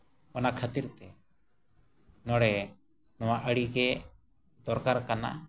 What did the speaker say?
ᱚᱱᱟ ᱠᱷᱟᱹᱛᱤᱨᱛᱮ ᱱᱚᱰᱮ ᱱᱚᱣᱟ ᱟᱹᱰᱤ ᱜᱮ ᱫᱚᱨᱠᱟᱨ ᱠᱟᱱᱟ